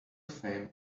fame